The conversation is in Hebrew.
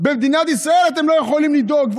ובמדינת ישראל, אתם לא יכולים לדאוג".